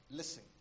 listen